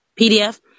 PDF